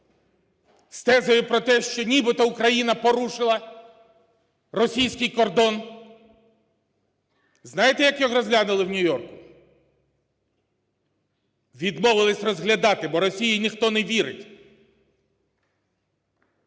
з тезою про те, що нібито Україна порушила російський кордон. Знаєте, як його розглянули в Нью-Йорку? Відмовилися розглядати, бо Росії ніхто не вірить.